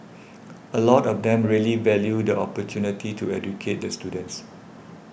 a lot of them really value the opportunity to educate the students